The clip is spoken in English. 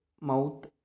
mouth